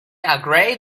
agree